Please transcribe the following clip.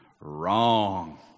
Wrong